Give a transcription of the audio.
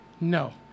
No